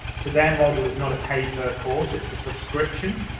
so their model is not a pay-per-course. it's a subscription.